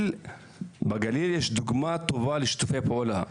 בגליל יש דוגמא טובה לשיתופי פעולה.